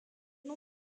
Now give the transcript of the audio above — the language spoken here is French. non